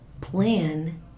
plan